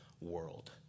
world